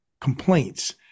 complaints